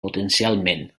potencialment